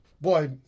boy